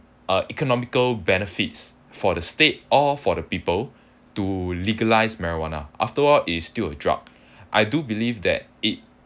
uh economical benefits for the state or for the people to legalise marijuana after all it is still a drug I do believe that it